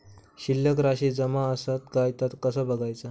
शिल्लक राशी जमा आसत काय ता कसा बगायचा?